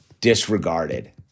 disregarded